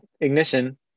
ignition